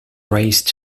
raised